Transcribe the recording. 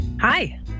Hi